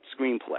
screenplay